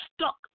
stuck